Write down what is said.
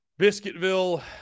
Biscuitville